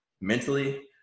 mentally –